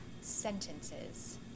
sentences